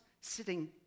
sitting